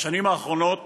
בשנים האחרונות